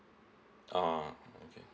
ah okay